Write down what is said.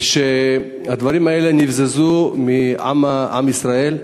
לדעת שהדברים האלה נבזזו מעם ישראל,